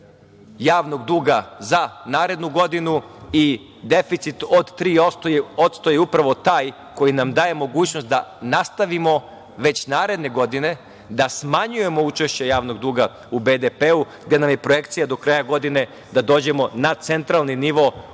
javnog duga za narednu godinu i deficit od 3% je upravo taj koji nam daje mogućnost da nastavimo već naredne godine da smanjujemo učešće javnog duga u BDP, gde nam je projekcija do kraja godine da dođemo na centralni novo